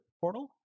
Portal